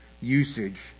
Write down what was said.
usage